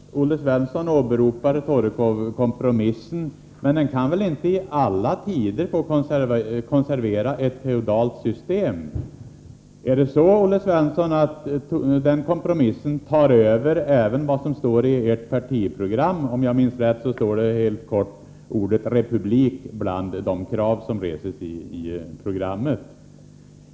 Herr talman! Olle Svensson åberopade Torekovskompromissen, men den kan väl inte i alla tider få konservera ett feodalt system. Är det så, Olle Svensson, att kompromissen tar över även vad som står i ert partiprogram? Om jag minns rätt står ordet ”republik” bland de krav som reses i programmet.